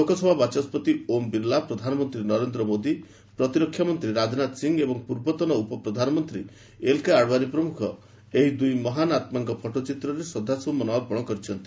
ଲୋକସଭା ବାଚସ୍କତି ଓମ୍ ବିର୍ଲା ପ୍ରଧାନମନ୍ତ୍ରୀ ନରେନ୍ଦ୍ର ମୋଦି ପ୍ରତିରକ୍ଷା ମନ୍ତ୍ରୀ ରାଜନାଥ ସିଂହ ଏବଂ ପୂର୍ବତନ ଉପପ୍ରଧାନମନ୍ତ୍ରୀ ଏଲ୍କେ ଆଡୱାନୀ ପ୍ରମୁଖ ଏହି ଦୁଇ ମହାନ ଆତ୍ମାଙ୍କ ଫଟୋଚିତ୍ରରେ ଶ୍ରଦ୍ଧାସୁମନ ଅର୍ପଣ କରିଛନ୍ତି